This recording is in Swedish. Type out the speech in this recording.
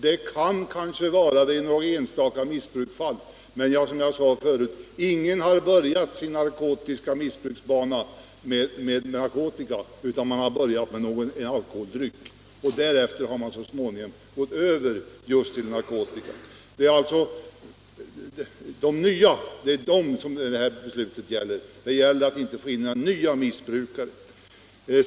Det kan kanske vara så i något enstaka misbruksfall, men ingen har börjat sin narkotiska missbruksbana med narkotika utan man har börjat med någon alkoholdryck och sedan gått över till narkotika. Det gäller nu att inte få nya missbrukare.